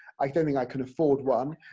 i don't think i can afford one,